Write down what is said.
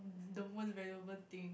the most valuable thing